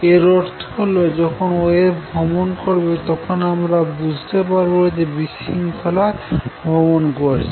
এর অর্থ হল যখন ওয়েভ ভ্রমন করবে তখন আমরা বুঝতে পারবো যে বিশৃঙ্খলা ভ্রমন করছে